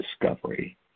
discovery